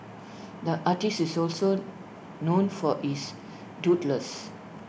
the artist is also known for his doodles